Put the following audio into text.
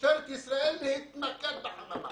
ולמשטרת ישראל להתמקד בחממה הזאת.